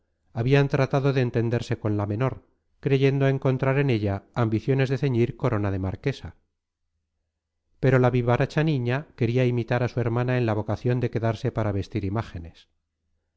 habían tratado de entenderse con la menor creyendo encontrar en ella ambiciones de ceñir corona de marquesa pero la vivaracha niña quería imitar a su hermana en la vocación de quedarse para vestir imágenes